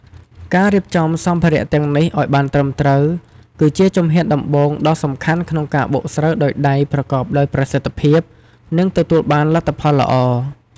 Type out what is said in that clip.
ការរៀបចំសម្ភារៈទាំងនេះឱ្យបានត្រឹមត្រូវ គឺជាជំហានដំបូងដ៏សំខាន់ក្នុងការបុកស្រូវដោយដៃប្រកបដោយប្រសិទ្ធភាព និងទទួលបានលទ្ធផលល្អ។